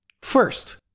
first